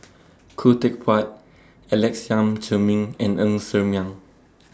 Khoo Teck Puat Alex Yam Ziming and Ng Ser Miang